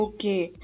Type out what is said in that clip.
Okay